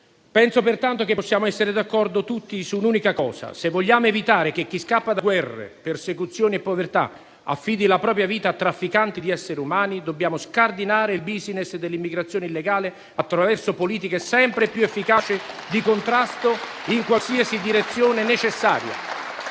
Penso pertanto che possiamo essere d'accordo tutti su un'unica cosa: se vogliamo evitare che chi scappa da guerre, persecuzioni e povertà affidi la propria vita a trafficanti di esseri umani, dobbiamo scardinare il *business* dell'immigrazione illegale attraverso politiche sempre più efficaci di contrasto in qualsiasi direzione necessaria.